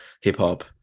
hip-hop